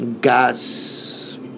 gas